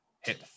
hit